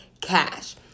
cash